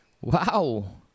Wow